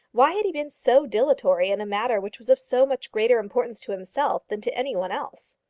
why had he been so dilatory in a matter which was of so much greater importance to himself than to any one else?